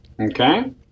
Okay